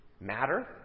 matter